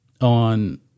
on